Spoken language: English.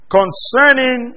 concerning